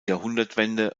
jahrhundertwende